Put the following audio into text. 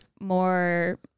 more